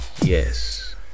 yes